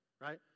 right